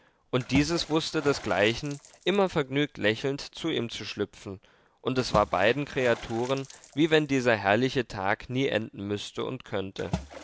und dieses wußte desgleichen immer vergnügt lächelnd zu ihm zu schlüpfen und es war beiden kreaturen wie wenn dieser herrliche tag nie enden müßte und könnte